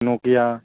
Nokia